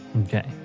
Okay